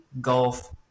golf